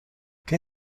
que